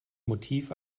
motiv